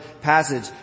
passage